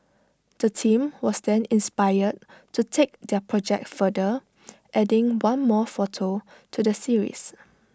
the team was then inspired to take their project further adding one more photo to the series